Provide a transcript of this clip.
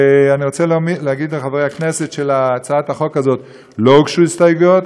אני רוצה להגיד לחברי הכנסת שלהצעת החוק הזאת לא הוגשו הסתייגויות.